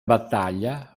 battaglia